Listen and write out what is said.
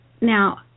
now